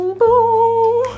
boom